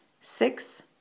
six